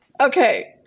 Okay